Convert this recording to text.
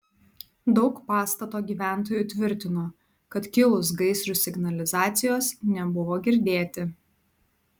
daug pastato gyventojų tvirtino kad kilus gaisrui signalizacijos nebuvo girdėti